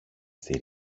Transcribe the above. στη